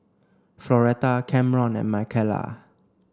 Floretta Camron and Michaela